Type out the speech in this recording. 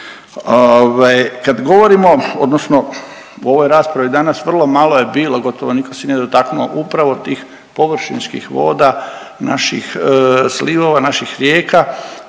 Kad govorimo odnosno u ovoj raspravi danas vrlo malo je bilo, gotovo nitko se nije dotaknuo upravo tih površinskih voda naših slivova, naših rijeka,